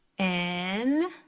n